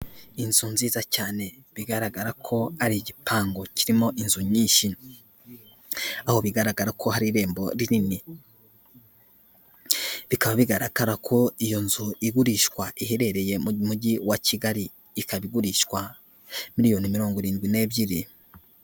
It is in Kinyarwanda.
Inzu nziza cyane bigaragara ko ari igipangu kirimo inzu nyinshi, aho bigaragara ko hari irembo rinini, bikaba bigaragara ko iyo nzu igurishwa iherereye mu mujyi wa Kigali, ikaba igurishwa miliyoni mirongo irindwi n'ebyiri.